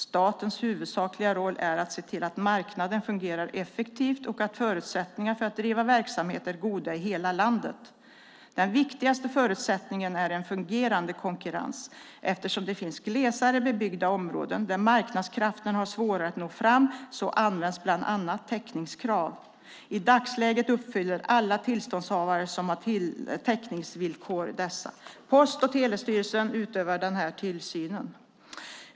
Statens huvudsakliga roll är att se till att marknaden fungerar effektivt och att förutsättningar för att driva verksamhet är goda i hela landet. Den viktigaste förutsättningen är en fungerande konkurrens. Eftersom det finns glesare bebyggda områden, där marknadskrafterna har svårare att nå fram, används bland annat täckningskrav. I dagsläget uppfyller alla tillståndshavare som har täckningsvillkor dessa. Post och telestyrelsen utövar denna tillsyn.